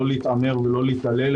לא להתעמר ולא להתעלל,